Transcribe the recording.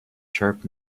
sharp